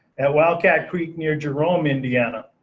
at wildcat creek near jerome, indiana,